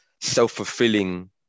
self-fulfilling